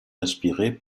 inspirées